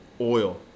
oil